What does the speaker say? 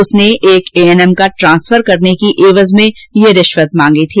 उसने एक A N M का ट्रांसफर करने की एवज में ये रिश्वत मांगी थी